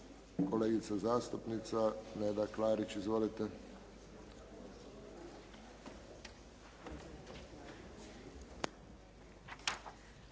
kolegica zastupnica Neda Klarić. Izvolite.